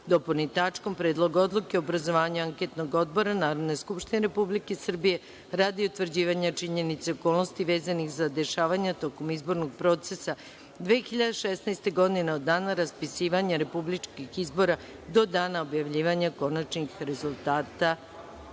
dopuni tačkom – Predlog odluke o obrazovanju anketnog odbora Narodne skupštine Republike Srbije radi utvrđivanja činjenica i okolnosti vezanih za dešavanja tokom izbornog procesa 2016. godine, od dana raspisivanja republičkih izbora do dana objavljivanja konačnih rezultata